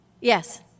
Yes